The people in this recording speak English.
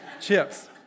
chips